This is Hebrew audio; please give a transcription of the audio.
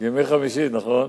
בימי חמישי, נכון.